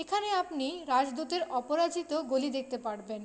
এখানে আপনি রাজদূতের অপরিচিত গলি দেখতে পারবেন